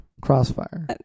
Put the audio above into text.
crossfire